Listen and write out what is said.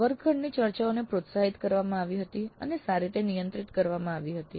વર્ગખંડની ચર્ચાઓને પ્રોત્સાહિત કરવામાં આવી હતી અને સારી રીતે નિયંત્રિત કરવામાં આવી હતી